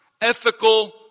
ethical